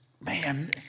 man